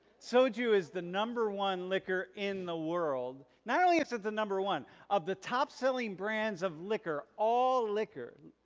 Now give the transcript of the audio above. soju is the number one liquor in the world. not only is it the number one of the top-selling top-selling brands of liquor, all liquor,